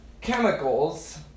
chemicals